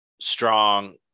strong